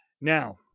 Now